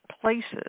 places